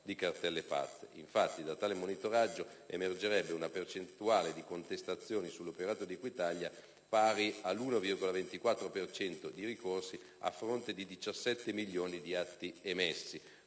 Infatti, da tale monitoraggio, emergerebbe una percentuale di contestazioni sull'operato di Equitalia pari all'1,24 per cento di ricorsi, a fronte di oltre 17 milioni di atti emessi,